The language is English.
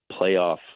playoff